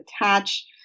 attach